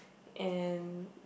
and